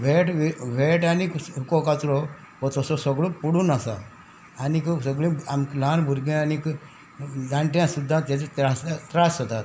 weight waste आनी सुको कचरो हो तसो सगळो पडून आसा आनीक सगळीं आम ल्हान भुरग्यां आनीक जाणट्यांक सुद्दां तेजे त्रास जातात